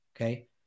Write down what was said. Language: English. okay